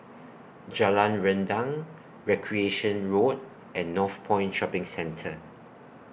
Jalan Rendang Recreation Road and Northpoint Shopping Centre